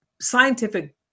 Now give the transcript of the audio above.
scientific